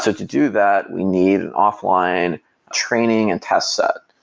to to do that, we need an offline training and test set.